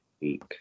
week